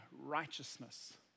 righteousness